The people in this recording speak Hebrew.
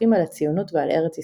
ויכוחים על הציונות ועל ארץ ישראל".